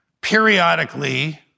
periodically